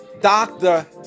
Doctor